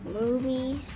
movies